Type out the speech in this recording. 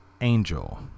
Angel